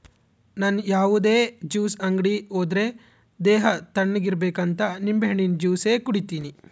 ನನ್ ಯಾವುದೇ ಜ್ಯೂಸ್ ಅಂಗಡಿ ಹೋದ್ರೆ ದೇಹ ತಣ್ಣುಗಿರಬೇಕಂತ ನಿಂಬೆಹಣ್ಣಿನ ಜ್ಯೂಸೆ ಕುಡೀತೀನಿ